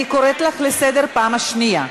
אני קוראת אותך לסדר פעם שנייה.